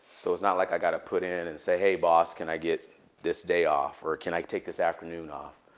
so it's not like i got to put in and say, hey, boss, can i get this day off, or can i take this afternoon off?